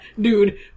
dude